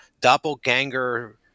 doppelganger